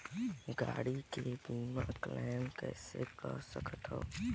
गाड़ी के बीमा क्लेम कइसे कर सकथव?